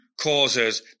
causes